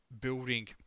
building